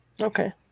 Okay